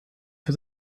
für